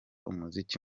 umuziki